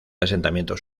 asentamientos